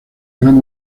gran